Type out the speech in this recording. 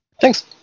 Thanks